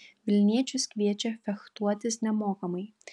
vilniečius kviečia fechtuotis nemokamai